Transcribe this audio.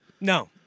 no